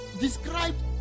described